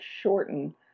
shorten